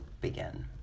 begin